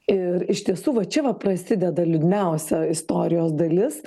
ir iš tiesų va čia va prasideda liūdniausia istorijos dalis